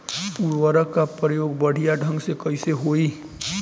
उर्वरक क प्रयोग बढ़िया ढंग से कईसे होई?